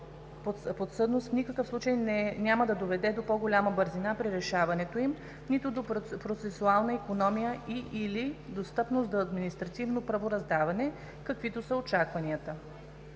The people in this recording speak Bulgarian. подсъдност в никакъв случай няма да доведе до по-голяма бързина при решаване им, нито до процесуална икономия и/или достъпност до административно правораздаване, каквито са очакванията.